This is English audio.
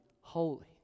holy